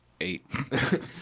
eight